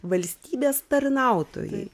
valstybės tarnautojai